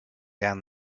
down